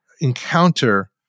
encounter